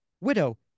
Widow